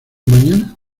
mañana